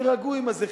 תירגעו עם הזְחיחות.